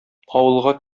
авылга